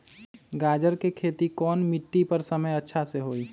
गाजर के खेती कौन मिट्टी पर समय अच्छा से होई?